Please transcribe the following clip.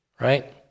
Right